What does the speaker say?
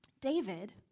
David